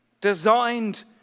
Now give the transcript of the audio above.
designed